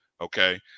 Okay